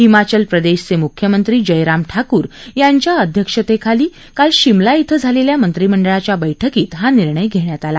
हिमाचल प्रदेशचे मुख्यमंत्री जयराम ठाकूर यांच्या अध्यक्षतेखाली काल शिमला इथं झालेल्या मंत्रिमंडळाच्या बैठकीत हा निर्णय धेण्यात आला